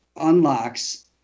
unlocks